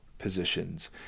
Positions